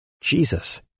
Jesus